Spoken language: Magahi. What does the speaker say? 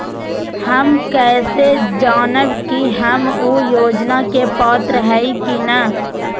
हम कैसे जानब की हम ऊ योजना के पात्र हई की न?